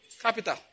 Capital